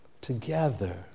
Together